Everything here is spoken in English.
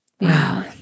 Wow